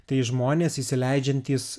tai žmonės įsileidžiantys